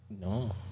No